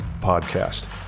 Podcast